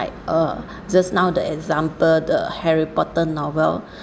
uh just now the example the harry potter novel